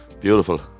beautiful